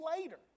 later